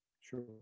Sure